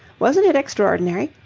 wasn't it extraordinary!